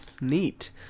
Neat